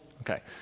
Okay